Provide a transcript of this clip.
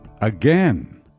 again